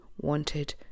wanted